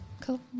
Cool